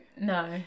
No